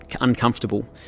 uncomfortable